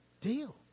Deal